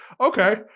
Okay